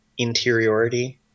interiority